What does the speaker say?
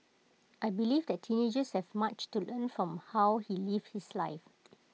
I believe that teenagers have much to learn from how he lived his life